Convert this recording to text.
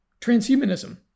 transhumanism